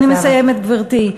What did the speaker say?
אני מסיימת, גברתי.